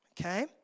Okay